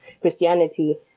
Christianity